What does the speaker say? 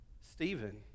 Stephen